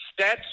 Stats